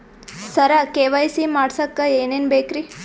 ಸರ KYC ಮಾಡಸಕ್ಕ ಎನೆನ ಬೇಕ್ರಿ?